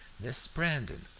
miss brandon.